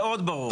מאוד ברור.